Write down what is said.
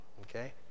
Okay